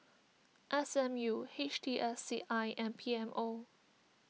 S M U H T S C I and P M O